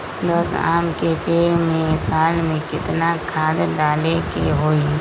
दस आम के पेड़ में साल में केतना खाद्य डाले के होई?